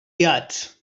yards